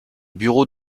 bureaux